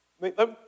Let